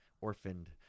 orphaned